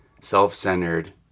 self-centered